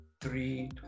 Three